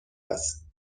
است